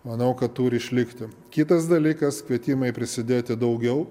manau kad turi išlikti kitas dalykas kvietimai prisidėti daugiau